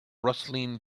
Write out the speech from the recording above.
rustling